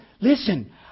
Listen